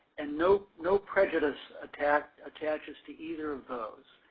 and no no prejudice attaches attaches to either of those.